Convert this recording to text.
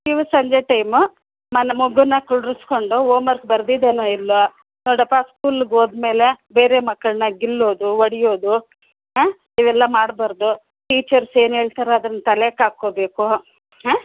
ನೀವೂ ಸಂಜೆ ಟೈಮ್ ಮಗೂನ ಕೂರಿಸ್ಕೊಂಡು ಹೋಮ್ವರ್ಕ್ ಬರೆದಿದ್ದಾನೋ ಇಲ್ಲವೋ ನೋಡಪ್ಪ ಸ್ಕೂಲ್ಗೆ ಹೋದಮೇಲೆ ಬೇರೆ ಮಕ್ಕಳನ್ನ ಗಿಲ್ಲೋದು ಹೊಡೆಯೋದು ಹಾಂ ಇವೆಲ್ಲ ಮಾಡಬಾರ್ದು ಟೀಚರ್ಸ್ ಏನು ಹೇಳ್ತಾರೋ ಅದನ್ನ ತಲೆಗೆ ಹಾಕೊಳ್ಬೇಕು ಹಾಂ